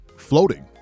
floating